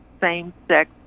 same-sex